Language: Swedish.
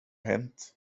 hänt